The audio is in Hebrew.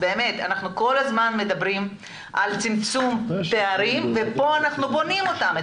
אנחנו כל הזמן מדברים על צמצום פערים ופה אנחנו בונים אותם.